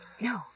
No